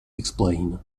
explain